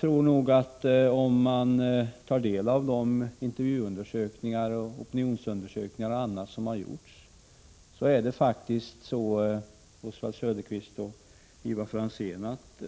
Men om man tar del av intervjuundersökningar, opinionsundersökningar och annat som har gjorts finner man nog, Oswald Söderqvist och Ivar Franzén, att